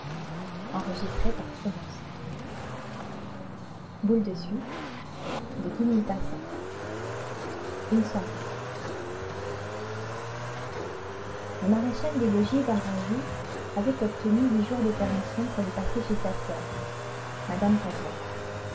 une soirée le maréchal des logis varajou avait obtenu huit jours de permission pour les passer chez sa soeur mme padoie